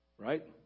Right